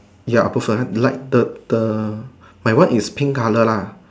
ya like the the the my one is pink color lah